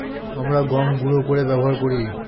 আমরা গম গুঁড়ো করে ব্যবহার করি